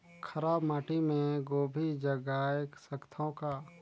खराब माटी मे गोभी जगाय सकथव का?